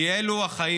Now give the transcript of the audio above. כי אלו החיים